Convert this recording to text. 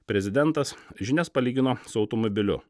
prezidentas žinias palygino su automobiliu